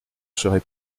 serai